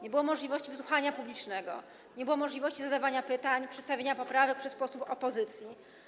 Nie było możliwości wysłuchania publicznego, nie było możliwości zadawania pytań, przedstawienia poprawek przez posłów opozycji.